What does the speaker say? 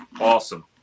Awesome